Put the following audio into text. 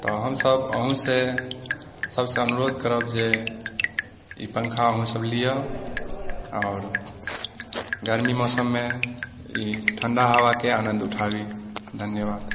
तऽ हमसब अहूँ से सबसँ अनुरोध करब जे ई पङ्खा अहूँ सब लिअ आओर गर्मी मौसममे ई ठण्डा हवाके आनन्द उठाबी धन्यवाद